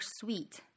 sweet